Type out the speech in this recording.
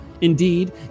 Indeed